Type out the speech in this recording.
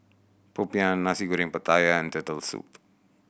popiah Nasi Goreng Pattaya and Turtle Soup